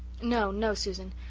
no, no, susan.